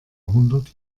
hundert